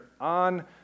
on